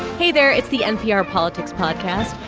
hey, there. it's the npr politics podcast.